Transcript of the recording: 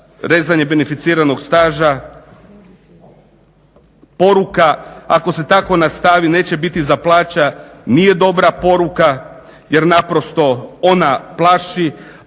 rezanje beneficiranog staža. Poruka ako se tako nastavi neće biti za plaće, nije dobra poruka jer naprosto ona plaši,